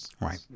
right